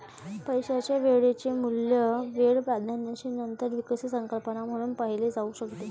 पैशाचे वेळेचे मूल्य वेळ प्राधान्याची नंतर विकसित संकल्पना म्हणून पाहिले जाऊ शकते